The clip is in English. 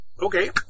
Okay